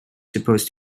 supposed